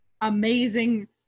amazing